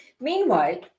Meanwhile